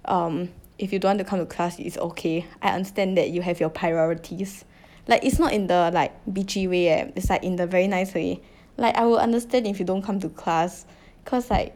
um if you don't want to come to class it's okay I understand that you have your priorities like it's not in the like bitchy way eh it's like in the very nice way like I will understand if you don't come to class cause like